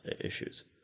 issues